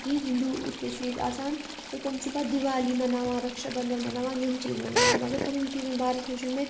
کہِ ہِنٛدو تہِ چھِ ییتہِ آسان تہٕ تِم چھِ پتہٕ دِوالی مَناوان رکھشا بنٛدھن مَناوان یِم چیٖز مَناوان مگر تِمن چیٖزن بارس منٛز چھُنہٕ مےٚ